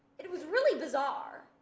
it was really bizarre.